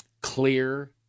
Clear